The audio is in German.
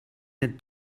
der